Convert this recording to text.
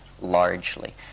largely